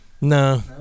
No